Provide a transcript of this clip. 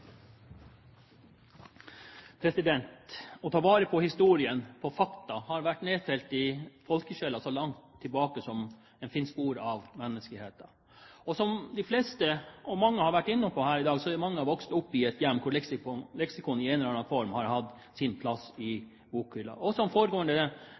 Å ta vare på historien, på fakta, har vært nedfelt i folkesjela så langt tilbake som en finner spor av menneskeheten. Som flere har vært innom her i dag, er mange vokst opp i et hjem der leksikonet i en eller annen form har hatt sin plass